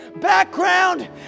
background